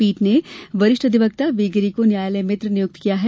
पीठ ने वरिष्ठ अधिवक्ता वी गिरी को न्यायालय मित्र नियुक्त किया है